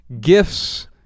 Gifts